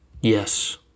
yes